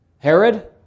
Herod